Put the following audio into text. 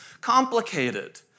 complicated